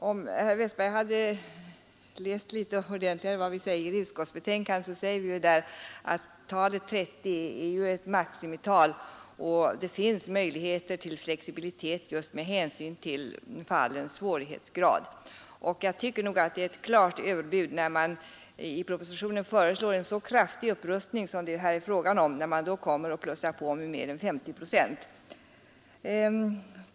Om herr Westberg hade läst utskottsbetänkandet litet ordentligare, skulle han funnit att vi där säger att talet 30 är ett maximital och att det finns möjligheter till flexibilitet just med hänsyn till fallens svårighetsgrad. Jag tycker att det är ett klart överbud när man, trots att propositionen föreslår en så kraftig upprustning, ändå ökar på med mer än 50 procent.